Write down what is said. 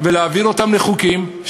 ולהעביר אותן לחוקים,